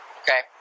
okay